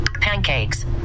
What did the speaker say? Pancakes